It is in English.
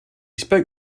spoke